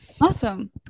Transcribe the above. Awesome